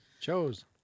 Chose